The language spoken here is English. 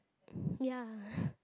ya